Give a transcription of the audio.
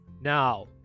Now